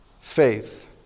faith